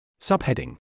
Subheading